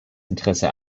interesse